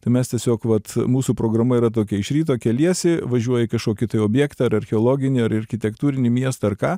tai mes tiesiog vat mūsų programa yra tokia iš ryto keliesi važiuoji į kažkokį tai objektą ar archeologinį ar architektūrinį miestą ar ką